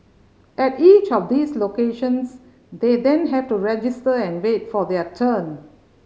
at each of these locations they then have to register and wait for their turn